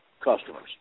customers